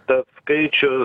tas skaičius